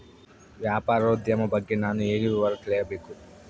ವ್ಯಾಪಾರೋದ್ಯಮ ಬಗ್ಗೆ ನಾನು ಹೇಗೆ ವಿವರ ತಿಳಿಯಬೇಕು?